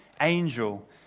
angel